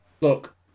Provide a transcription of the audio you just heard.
Look